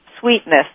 sweetness